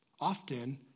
Often